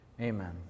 Amen